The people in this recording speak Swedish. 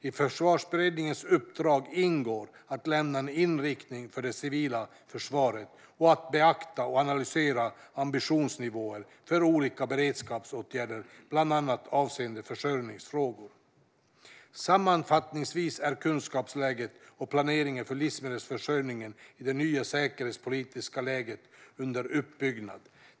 I Försvarsberedningens uppdrag ingår att lämna en inriktning för det civila försvaret och att beakta och analysera ambitionsnivåer för olika beredskapsåtgärder, bland annat avseende försörjningsfrågor. Sammanfattningsvis är kunskapsläget och planeringen för livsmedelsförsörjningen i det nya säkerhetspolitiska läget under uppbyggnad.